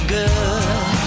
good